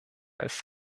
als